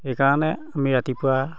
এইকাৰণে আমি ৰতিপুৱা